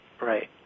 Right